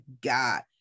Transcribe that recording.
God